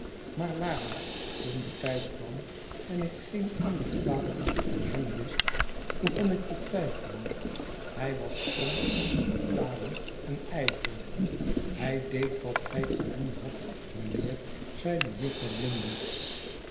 maar waarlijk toen de tijd kwam en ik geen ander kwaad van hem wist begon ik te twijfelen hij was prompt van betalen en ijverig hij deed wat hij te doen had mijnheer zeide jufvrouw blinder